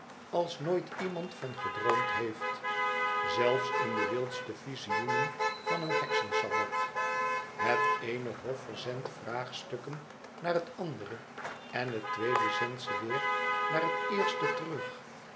als nooit iemand van gedroomd heeft zelfs in de wildste visioenen van een heksensabbat het eenehof verzendt vraagstukken naar het andere en het tweede zendt ze weer naar het eerste terug